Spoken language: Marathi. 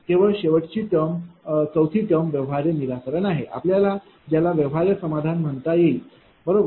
केवळ शेवटची टर्म चौथी टर्म व्यवहार्य निराकरण आहे आपल्याला ज्याला व्यवहार्य समाधान म्हणता येईल बरोबर